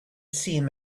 seen